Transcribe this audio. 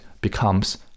becomes